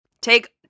Take